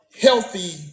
healthy